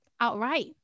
outright